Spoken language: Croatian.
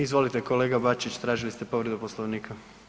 Izvolite kolega Bačić, tražili ste povredu Poslovnika.